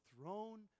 throne